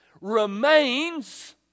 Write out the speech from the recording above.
remains